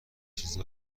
چیزا